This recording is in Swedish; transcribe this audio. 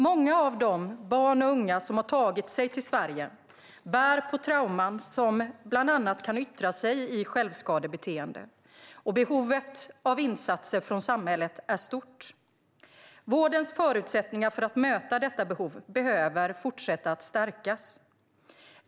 Många av de barn och unga som har tagit sig till Sverige bär på trauman, som bland annat kan yttra sig i självskadebeteende. Behovet av insatser från samhället är stort. Vårdens förutsättningar för att möta detta behov behöver fortsätta att stärkas.